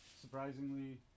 Surprisingly